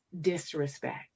disrespect